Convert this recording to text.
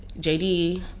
JD